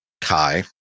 Kai